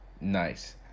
nice